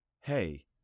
Hey